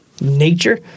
nature